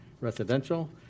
residential